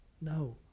No